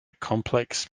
complex